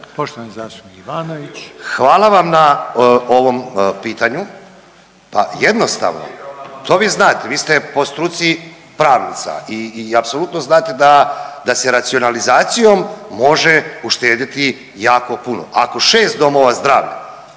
**Ivanović, Goran (HDZ)** Hvala vam na ovom pitanju. Pa jednostavno, to vi znate, vi ste po struci pravnica. I apsolutno znate da se racionalizacijom može uštediti jako puno. Ako 6 domova zdravlja